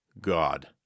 God